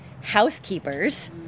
housekeepers